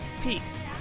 Peace